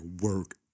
work